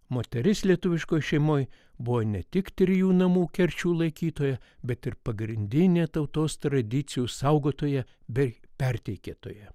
moteris lietuviškoj šeimoj buvo ne tik trijų namų kerčių laikytoja bet ir pagrindinė tautos tradicijų saugotoja bei perteikėtoja